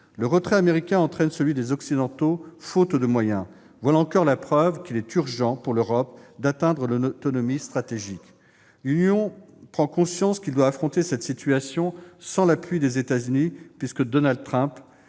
Le retrait américain entraîne celui des Occidentaux, faute de moyens. Voilà encore la preuve qu'il est urgent, pour l'Europe, d'atteindre l'autonomie stratégique. L'Union européenne prend conscience qu'elle doit affronter cette situation sans l'appui des États-Unis, puisque Donald Trump